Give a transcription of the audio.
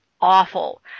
awful